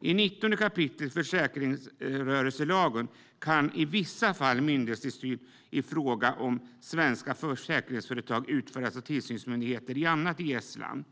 Enligt 19 kap. försäkringsrörelselagen kan i vissa fall myndighetstillsyn i fråga om svenska försäkringsföretag utföras av tillsynsmyndighet i annat EES-land.